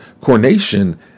coronation